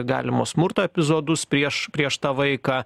galimo smurto epizodus prieš prieš tą vaiką